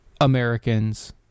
Americans